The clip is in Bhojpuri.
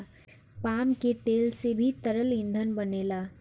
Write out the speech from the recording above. पाम के तेल से भी तरल ईंधन बनेला